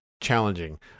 challenging